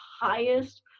highest